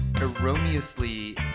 erroneously